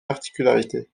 particularités